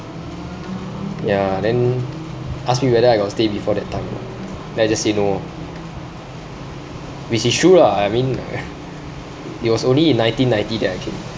ya then ask me whether I got stay before that time then I just say no which is true lah I mean it was only in nineteen ninety that I came